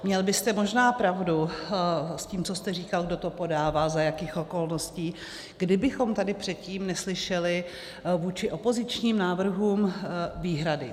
Měl byste možná pravdu s tím, co jste říkal, kdo to podává, za jakých okolností, kdybychom tady předtím neslyšeli vůči opozičním návrhům výhrady.